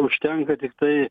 užtenka tiktai